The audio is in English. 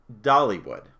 Dollywood